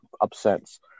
upsets